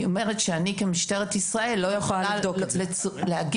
אני אומרת שאני כמשטרת ישראל לא יכולה להגיד